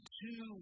two